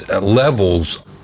levels